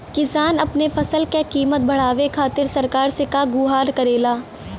किसान अपने फसल क कीमत बढ़ावे खातिर सरकार से का गुहार करेला?